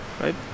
right